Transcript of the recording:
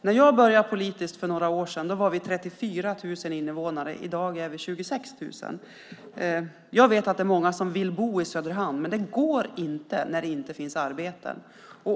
När jag började arbeta politiskt för några år sedan var vi 34 000 invånare där. I dag är vi 26 000. Jag vet att det är många som vill bo i Söderhamn. Men det går inte när det inte finns arbeten.